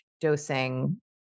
dosing